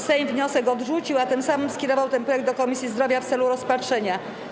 Sejm wniosek odrzucił, a tym skierował ten projekt do Komisji Zdrowia w celu rozpatrzenia.